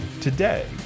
today